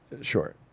Sure